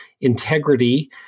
integrity